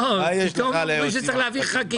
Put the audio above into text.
לא, פתאום הם אומרים שצריך להעביר חקיקה.